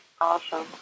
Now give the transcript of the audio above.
awesome